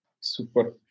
super